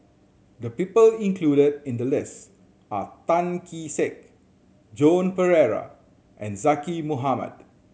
the people included in the list are Tan Kee Sek Joan Pereira and Zaqy Mohamad